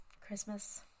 christmas